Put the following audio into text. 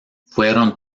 fueron